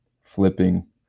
flipping